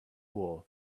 war